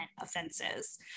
offenses